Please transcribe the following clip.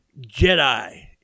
Jedi